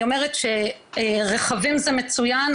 אני אומרת שרכבים זה מצוין,